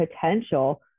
potential